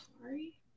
sorry